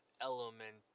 element